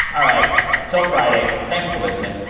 all right till friday. thanks for listening.